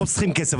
חוסכים כסף.